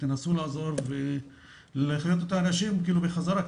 תנסו לעזור להחיות את האנשים בחזרה,